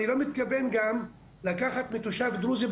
אני גם לא מתכוון לקחת מתושבים דרוזים,